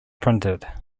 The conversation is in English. printed